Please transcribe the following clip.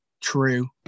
true